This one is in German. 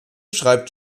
schreibt